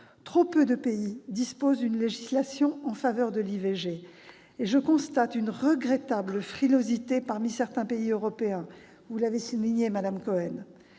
Trop peu de pays disposent d'une législation en faveur de l'IVG. Et je constate une regrettable frilosité parmi certains pays européens- vous l'avez souligné, madame Cohen.